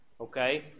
Okay